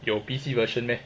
有 P_C version meh